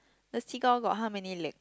the got how many leg